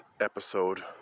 episode